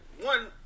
one